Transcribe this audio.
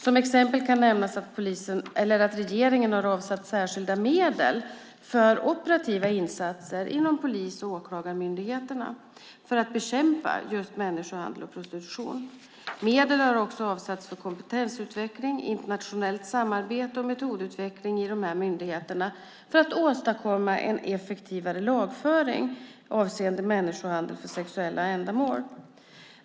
Som exempel kan nämnas att regeringen har avsatt särskilda medel för operativa insatser inom Polisen och Åklagarmyndigheten för att bekämpa just människohandel och prostitution. Medel har också avsatts för kompetensutveckling, internationellt samarbete och metodutveckling inom dessa myndigheter för att åstadkomma en effektivare lagföring avseende människohandel för sexuella ändamål.